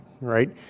Right